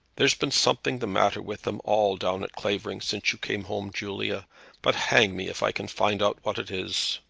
there's been something the matter with them all down at clavering since you came home, julia but hang me if i can find out what it is!